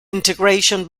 integration